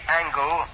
angle